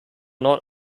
not